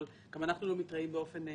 אבל גם אנחנו לא מתראים באופן פרטי.